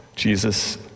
Jesus